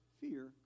fear